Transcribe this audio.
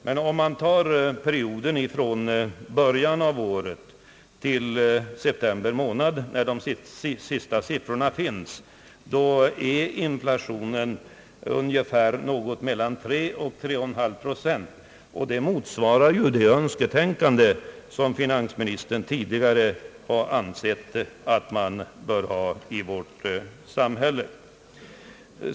Under perioden från årets början till september månad, då de senaste siffrorna föreligger, är inflationen dock mellan 3—3,5 procent. Det motsvarar ju ett önsketänkande, som finansministern tidigare har ansett bör råda i vårt samhälle.